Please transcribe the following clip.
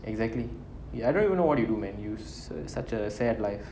exactly I don't even know what you do man you such a sad life